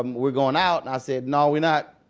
um we're going out. and i said, no, we're not.